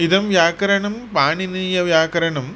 इदं व्याकरणं पाणिनीयव्याकरणम्